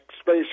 space